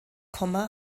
komma